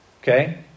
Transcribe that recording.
Okay